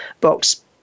box